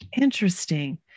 Interesting